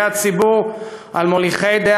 על מנהיגי ציבור,